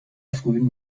frühen